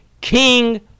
King